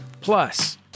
Plus